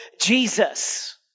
Jesus